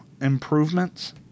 improvements